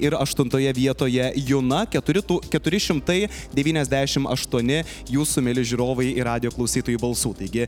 ir aštuntoje vietoje juna keturi tu keturi šimtai devyniasdešimt aštuoni jūsų mieli žiūrovai ir radijo klausytojų balsų taigi